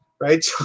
right